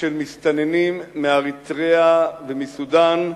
של מסתננים מאריתריאה ומסודן,